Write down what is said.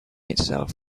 itself